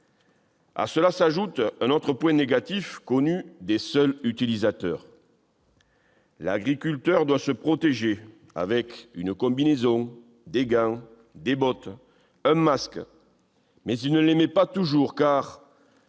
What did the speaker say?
À cela s'ajoute un autre point négatif, connu des seuls utilisateurs. L'agriculteur doit se protéger avec une combinaison, des gants, des bottes et un masque, mais il ne les met pas toujours.